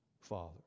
Father